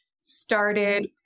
started